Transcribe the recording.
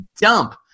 dump